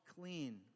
clean